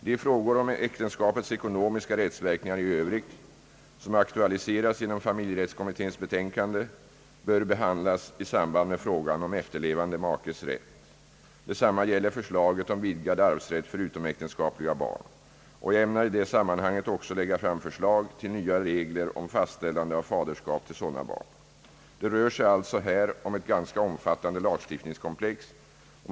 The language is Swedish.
De frågor om äktenskapets ekonomiska rättsverkningar i övrigt, som aktualiseras genom familjerättskommitténs betänkande, bör behandlas i samband med frågan om efterlevande makes rätt. Detsamma gäller förslaget om vidgad arvsrätt för utomäktenskapliga barn. Jag ämnar i detta sammanhang också lägga fram förslag till nya regler om fastställande av faderskap till sådana barn. Det rör sig alltså här om ett ganska omfattande lagstiftningskomplex.